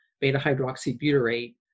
beta-hydroxybutyrate